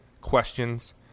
questions